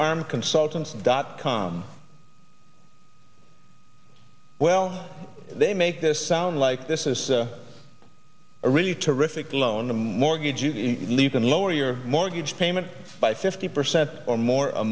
arm consultants dot com well they make this sound like this is a really terrific loan the mortgage even lower your mortgage payment by fifty percent or more a